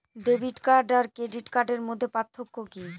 Debit card আর credit কার্ডের মধ্যে পার্থক্য কি?